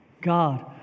God